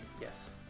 yes